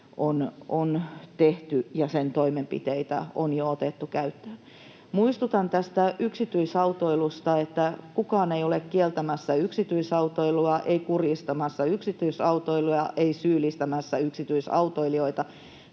on tehty, ja sen toimenpiteitä on jo otettu käyttöön. Muistutan yksityisautoilusta, että kukaan ei ole kieltämässä yksityisautoilua, ei kurjistamassa yksityisautoilua, ei syyllistämässä yksityisautoilijoita.